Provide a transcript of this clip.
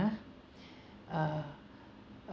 uh